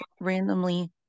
randomly